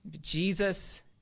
Jesus